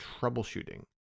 troubleshooting